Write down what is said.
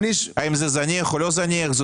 האם זה זניח או לא זניח?